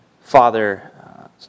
Father